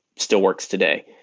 still works today.